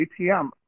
ATM